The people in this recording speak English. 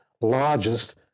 largest